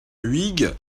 huyghe